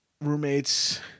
roommates